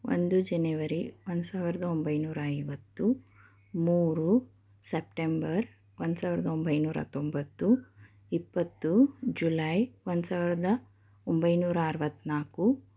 ಒಂದು ಜನೆವರಿ ಒಂದು ಸಾವಿರದ ಒಂಬೈನೂರ ಐವತ್ತು ಮೂರು ಸಪ್ಟೆಂಬರ್ ಒಂದು ಸಾವಿರದ ಒಂಬೈನೂರ ತೊಂಬತ್ತು ಇಪ್ಪತ್ತು ಜುಲೈ ಒಂದು ಸಾವಿರದ ಒಂಬೈನೂರ ಅರುವತ್ತನಾಲ್ಕು